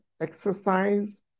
exercise